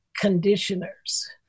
conditioners